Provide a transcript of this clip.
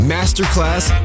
Masterclass